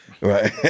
right